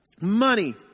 money